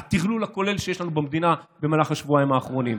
הטרלול הכולל שיש לנו במדינה במהלך השבועיים האחרונים,